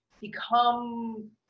become